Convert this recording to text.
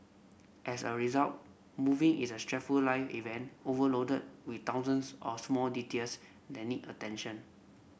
as a result moving is a stressful life event overloaded with thousands of small details that need attention